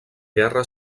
guerra